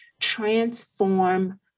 transform